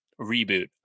reboot